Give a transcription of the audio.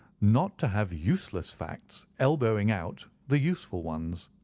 not to have useless facts elbowing out the useful ones.